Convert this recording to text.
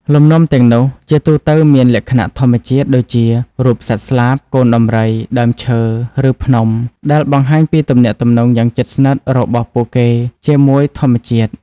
លំនាំទាំងនោះជាទូទៅមានលក្ខណៈធម្មជាតិ ដូចជា រូបសត្វស្លាប កូនដំរី ដើមឈើ ឬភ្នំ ដែលបង្ហាញពីទំនាក់ទំនងយ៉ាងជិតស្និទ្ធរបស់ពួកគេជាមួយធម្មជាតិ។